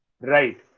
Right